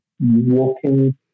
walking